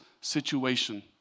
situation